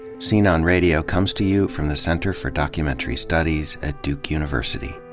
scene on radio comes to you from the center for documentary studies at duke university